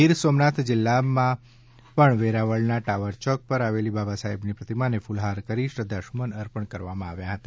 ગીર સોમનાથ જિલ્લા ભાજપ દ્વારા વેરાવળના ટાવરચોક પર આવેલી બાબા સાહેબની પ્રતિમાને કુલહાર કરી શ્રદ્ધાસુમન અર્પણ કર્યા હતા